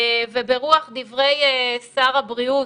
וברוח דברי שר הבריאות,